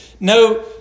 No